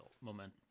moment